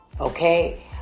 Okay